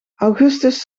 augustus